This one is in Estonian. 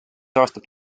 aastat